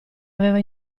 aveva